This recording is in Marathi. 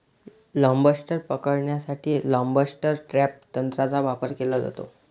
लॉबस्टर पकडण्यासाठी लॉबस्टर ट्रॅप तंत्राचा वापर केला जातो